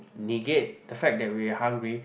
negate the fact that we are hungry